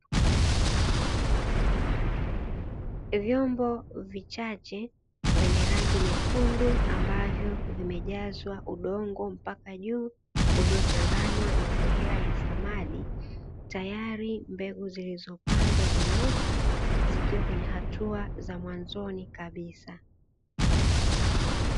Vyombo vichache vyenye rangi nyekundu, ambazo zimejazwa udongo mpaka juu uliochanganywa na mbolea ya samadi tayari mbegu zilizopandwa zimeota zikiwa kwenye hatua za mwanzoni kabisa.